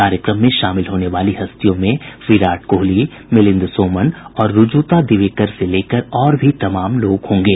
कार्यक्रम में शामिल होने वाली हस्तियों में विराट कोहली मिलिंद सोमन और रूजुता दिवेकर से लेकर और भी तमाम लोग होंगे